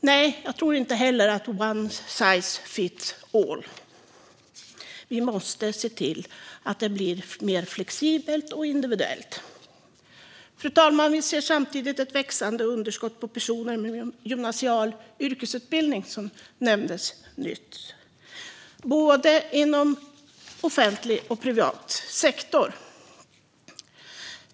Nej, jag tror inte heller att one size fits all, och därför måste vi göra systemet mer flexibelt och individuellt. Fru talman! Som nyss nämndes ser vi ett underskott på personer med gymnasial yrkesutbildning. Det gäller inom både offentlig och privat sektor.